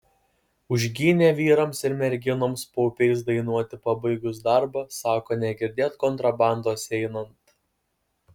užgynė vyrams ir merginoms paupiais dainuoti pabaigus darbą sako negirdėt kontrabandos einant